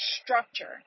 structure